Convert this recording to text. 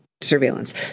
surveillance